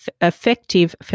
effective